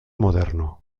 moderno